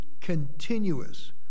continuous